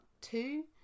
two